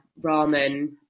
Ramen